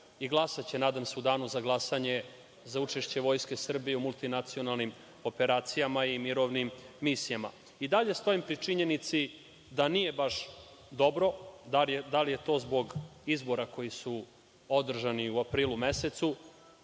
i glasaće, nadam se, u Danu za glasanje, za učešće Vojske Srbije u multinacionalnim operacijama i mirovnim misijama.I dalje stojim pri činjenici da nije baš dobro, da li je to zbog izbora koji su održani u aprilu mesecu,